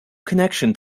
connection